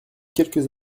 quelques